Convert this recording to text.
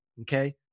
Okay